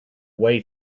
way